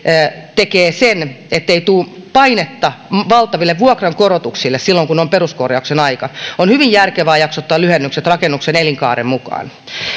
tekee sen ettei tule painetta valtaville vuokrankorotuksille silloin kun on peruskorjauksen aika on hyvin järkevää jaksottaa lyhennykset rakennuksen elinkaaren mukaan